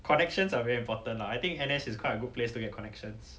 connections are very important lah I think N_S is quite a good place to get connections